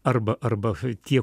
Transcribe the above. arba arba tie